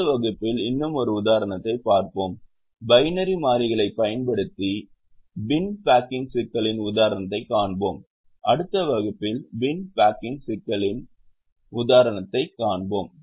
அடுத்த வகுப்பில் இன்னும் ஒரு உதாரணத்தைக் காண்போம் பைனரி மாறிகளைப் பயன்படுத்திய பின் பேக்கிங் சிக்கலின் உதாரணத்தைக் காண்போம் அடுத்த வகுப்பில் பின் பேக்கிங் சிக்கலின் உதாரணத்தைக் காண்போம்